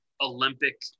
Olympic